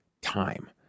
time